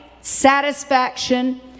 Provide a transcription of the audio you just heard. satisfaction